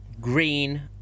green